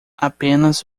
apenas